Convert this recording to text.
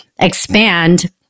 expand